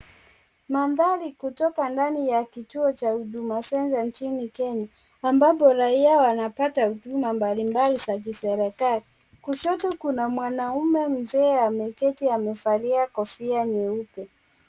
Mandhari kutoka ndani ya kituo cha Huduma Centre nchini Kenya, ambapo raia wanapata huduma mbalimbali za kiserikali, kushoto kuna mwanaume mzee ameketi amevalia kofia nyeupe.